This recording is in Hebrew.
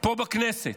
פה בכנסת,